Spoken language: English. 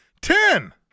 Ten